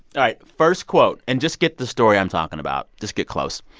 right. first quote and just get the story i'm talking about. just get close.